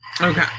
Okay